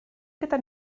gyda